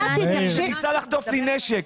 הוא ניסה לחטוף לי נשק,